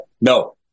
no